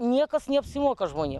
niekas neapsimoka žmonėm